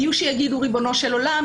יהיו שיגידו "ריבונו של עולם",